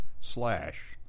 slash